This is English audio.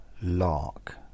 lark